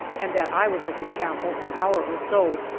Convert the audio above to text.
and that i was at the chapel an hour or so.